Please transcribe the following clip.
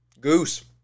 Goose